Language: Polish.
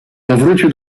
powrócił